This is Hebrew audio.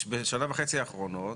בשנה וחצי האחרונות,